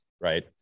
right